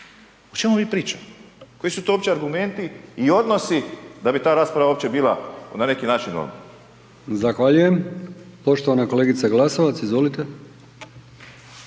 o čemu mi pričamo, koji su to uopće argumenti i odnosi da bi ta rasprava uopće bila na neki način